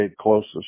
closest